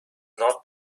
not